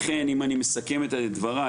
לכן אם אני מסכם את דברי.